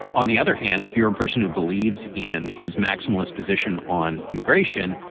on the other hand, if you're a person who believes in his maximalist position on immigration,